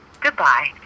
Goodbye